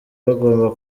bagomba